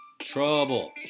Trouble